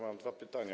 Mam dwa pytania.